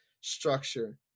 Structure